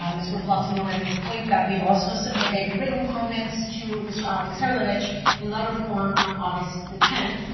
um it's worthwhile to note at this point that we've also submitted written comments to mr. alex herlovich in letter form on august the tenth,